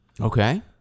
Okay